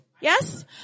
Yes